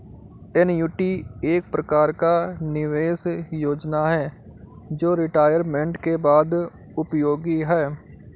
annuity एक प्रकार का निवेश योजना है जो रिटायरमेंट के बाद उपयोगी है